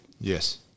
Yes